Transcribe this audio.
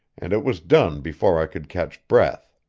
and it was done before i could catch breath.